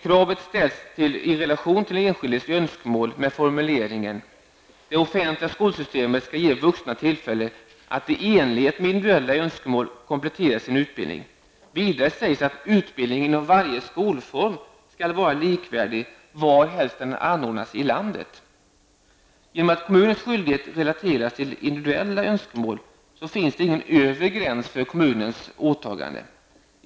Kravet ställs i relation till den enskildes önskemål med formuleringen: ''Det offentliga skolsystemet skall ge vuxna tillfälle att i enlighet med individuella önskemål komplettera sin utbildning.'' Vidare sägs att ''utbildningen inom varje skolform skall vara likvärdig varhelst den anordnas inom landet''. Genom att kommunens skyldighet relateras till individuella önskemål finns det ingen övre gräns för kommunens åtagande.